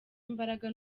imbaraga